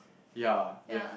ya they have